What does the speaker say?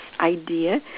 idea